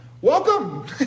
welcome